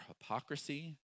hypocrisy